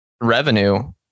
revenue